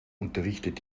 unterrichtet